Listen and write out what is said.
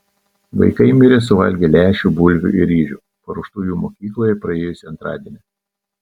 vaikai mirė suvalgę lęšių bulvių ir ryžių paruoštų jų mokykloje praėjusį antradienį